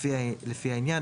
לפי העניין".